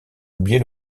oublier